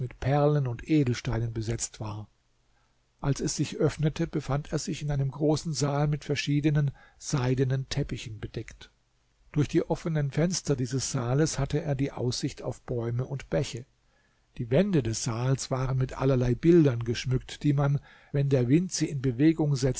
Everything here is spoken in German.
perlen und edelsteinen besetzt war als es sich öffnete befand er sich in einem großen saal mit verschiedenen seidenen teppichen bedeckt durch die offenen fenster dieses saales hatte er die aussicht auf bäume und bäche die wände des saals waren mit allerlei bildern geschmückt die man wenn der wind sie in bewegung